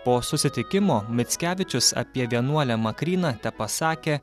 po susitikimo mickevičius apie vienuolę makryną tepasakė